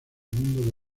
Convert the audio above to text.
mundo